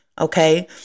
Okay